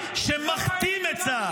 רונן בר.